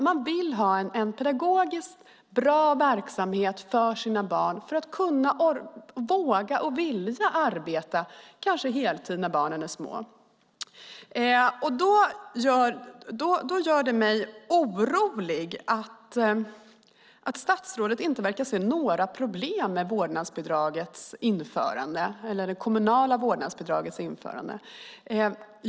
Man vill ha en pedagogisk, bra verksamhet för sina barn för att man ska våga och vilja arbeta kanske heltid när barnen är små. Det gör mig därför orolig att statsrådet inte verkar se några problem med det kommunala vårdnadsbidragets införande.